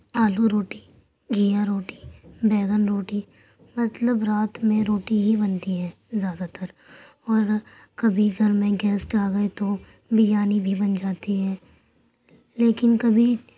آلو روٹی گھیا روٹی بیگن روٹی مطلب رات میں روٹی ہی بنتی ہے زیادہ تر اور کبھی گھر میں گیسٹ آ گئے تو بریانی بھی بن جاتی ہے لیکن کبھی